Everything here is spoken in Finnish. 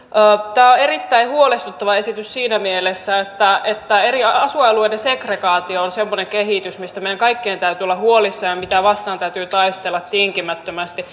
tämä on erittäin huolestuttava esitys siinä mielessä että että eri asuinalueiden segregaatio on semmoinen kehitys mistä meidän kaikkien täytyy olla huolissaan ja mitä vastaan täytyy taistella tinkimättömästi